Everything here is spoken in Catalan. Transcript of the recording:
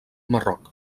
marroc